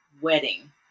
wedding